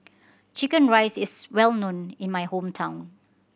chicken rice is well known in my hometown